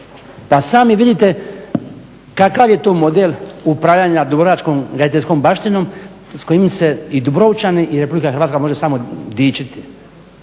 pa sami vidite kakav je to model upravljanja dubrovačkom graditeljskom baštinom s kojom se i dubrovčani i Republika Hrvatska može samo dičiti